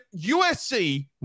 USC